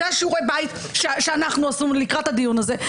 אלו שיעורי הבית שאנחנו עושים לקראת הדיון הזה.